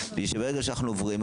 וברגע שאנו עוברים,